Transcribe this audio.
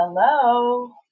Hello